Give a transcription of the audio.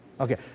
okay